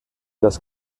das